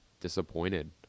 disappointed